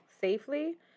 safely